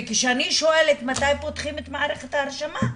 וכשאני שואלת מתי פותחים את מערכת ההרשמה,